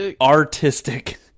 artistic